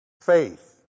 Faith